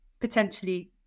potentially